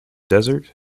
desert